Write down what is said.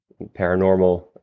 paranormal